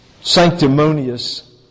sanctimonious